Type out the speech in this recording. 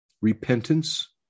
Repentance